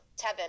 Tevin